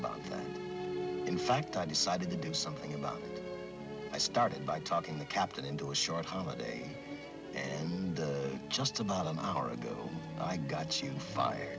about in fact i decided to do something about i started by talking the captain into a short holiday and just about an hour ago i got you fire